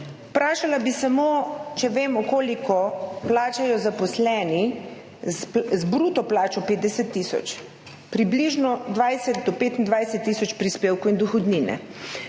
Vprašala bi samo, če vemo, koliko plačajo zaposleni z bruto plačo 50 tisoč. Približno 20 do 25 tisoč prispevkov in dohodnine.